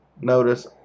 Notice